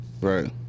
right